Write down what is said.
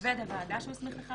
או עובד הוועדה שהוא הסמיך לכך,